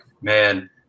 man